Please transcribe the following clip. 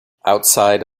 outside